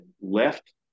left